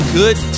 good